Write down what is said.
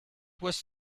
was